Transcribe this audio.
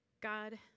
God